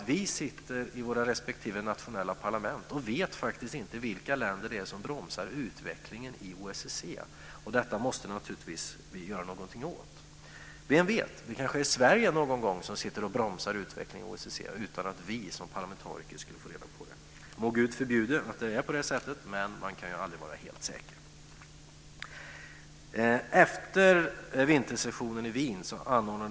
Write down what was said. Vi sitter i våra respektive nationella parlament och vet faktiskt inte vilka länder det är som bromsar utvecklingen i OSSE. Detta måste vi naturligtvis göra någonting åt. Vem vet: Det kanske någon gång är Sverige som bromsar utvecklingen i OSSE, utan att vi som parlamentariker får reda på det! Gud förbjude att det är på det sättet, men man kan ju aldrig vara helt säker.